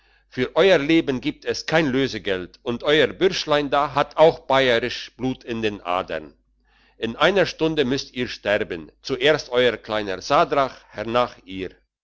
für eurer leben gibt es kein lösegeld und euer bürschlein da hat auch bayerisch blut in den adern in einer stunde müsst ihr sterben zuerst euer kleiner sadrach hernach ihr